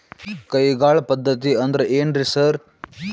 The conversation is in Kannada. ಕೈಗಾಳ್ ಪದ್ಧತಿ ಅಂದ್ರ್ ಏನ್ರಿ ಸರ್?